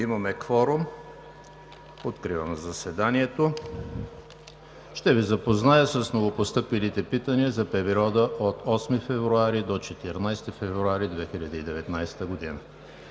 Има кворум. Откривам заседанието. Ще Ви запозная с новопостъпилите питания за периода от 8 февруари до 14 февруари 2019 г.